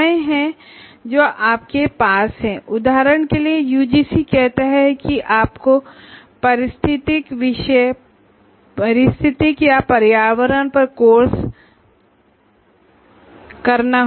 इसमें कुछ समस्याएं हैं जैसे यूजीसी कहता है कि आपको इकोलॉजीया एनवायरनमेंट पर एक कोर्स करना होगा